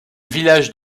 village